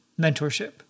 mentorship